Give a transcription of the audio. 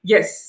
Yes